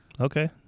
Okay